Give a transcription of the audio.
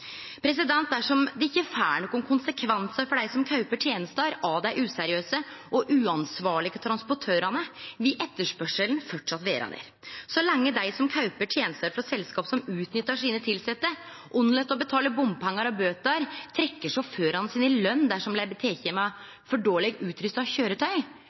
Dersom det ikkje får nokon konsekvensar for dei som kjøper tenester av dei useriøse og uansvarlege transportørane, vil etterspurnaden framleis vere der. Så lenge dei som kjøper tenester frå selskap som utnyttar sine tilsette, unnlèt å betale bompengar og bøter og trekkjer sjåførane i lønn dersom dei blir tekne med for dårleg utrusta